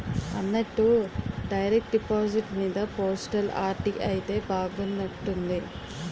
అన్నట్టు direct deposit మీద postal RD అయితే బాగున్నట్టుంది